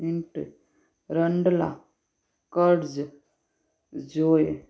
hint रंडला कर्ज़ जोय